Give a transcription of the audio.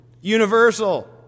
Universal